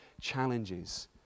challenges